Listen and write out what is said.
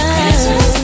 Christmas